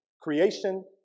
Creation